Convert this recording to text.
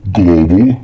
global